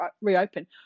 reopen